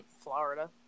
Florida